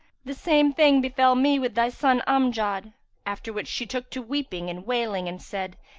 the same thing befel me with thy son amjad after which she took to weeping and wailing and said,